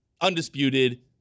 undisputed